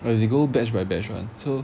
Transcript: oh they go batch by batch [one] so